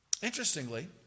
Interestingly